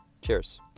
Cheers